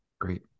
great